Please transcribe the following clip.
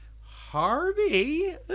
harvey